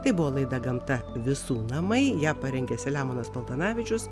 tai buvo laida gamta visų namai ją parengė selemonas paltanavičius